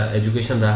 education